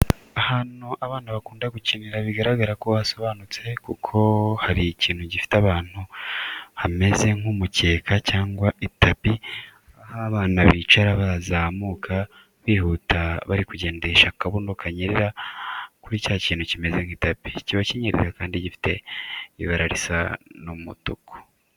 Ahantu abana bakunda gukinira bigaragara ko hasobanutse kuko hari ikintu gifite ahantu hameze nk'umukeka cyangwa itapi aho abana bicara, bazamuka bihuta bari kugendesha akabuno kanyerera kuri cya kintu kimeze nk'itapi, kiba kinyerera kandi gifite ibara risa n'umutuku.